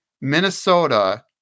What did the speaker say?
Minnesota